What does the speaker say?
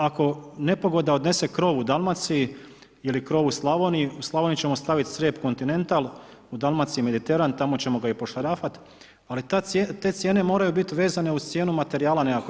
Ako nepogoda odnese krov u Dalmaciji ili krov u Slavoniji, u Slavoniji ćemo staviti crijep kontinental, u Dalmaciji mediteran, tamo ćemo ga i pošarafat, ali te cijene moraju biti vezane uz cijenu materijala nekako.